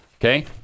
Okay